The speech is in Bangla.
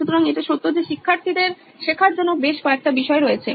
সুতরাং এটা সত্য যে শিক্ষার্থীদের শেখার জন্য বেশ কয়েকটি বিষয় রয়েছে